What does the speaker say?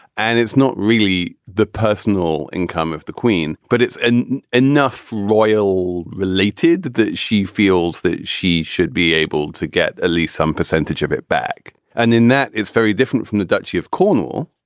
and it's not really the personal income of the queen, but it's and enough royal related that she feels that she should be able to get at least some percentage of it back. and in that, it's very different from the duchess of cornwall,